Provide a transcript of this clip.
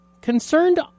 concerned